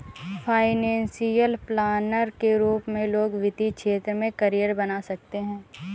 financial planner के रूप में लोग वित्तीय क्षेत्र में करियर बना सकते हैं